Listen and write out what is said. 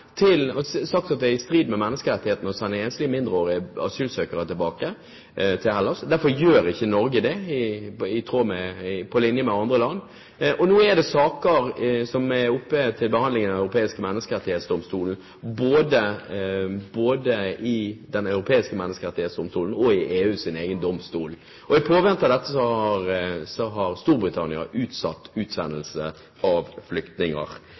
at det er i strid med menneskerettighetene å sende enslige mindreårige asylsøkere tilbake til Hellas. Derfor gjør ikke Norge det, på linje med andre land. Nå er det saker som er oppe til behandling både i Den europeiske menneskerettighetsdomstol og i EUs egen domstol. I påvente av dette har Storbritannia utsatt utsendelse av